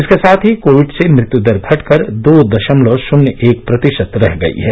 इसके साथ ही कोविड से मृत्युदर घटकर दो दशमलव शन्य एक प्रतिशत रह गई है